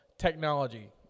Technology